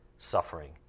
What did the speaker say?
suffering